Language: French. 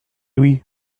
oui